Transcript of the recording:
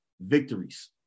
victories